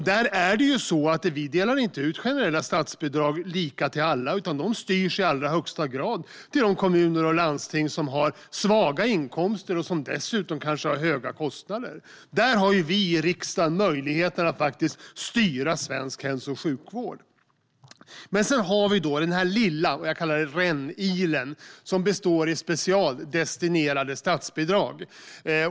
Vi delar inte ut några generella statsbidrag lika till alla, utan de styrs i allra högsta grad till de kommuner och landsting som har svaga inkomster och dessutom kanske höga kostnader. Där har vi i riksdagen möjligheten att faktiskt styra svensk hälso och sjukvård. Sedan har vi den lilla rännilen, som jag kallar den, som består av specialdestinerade statsbidrag.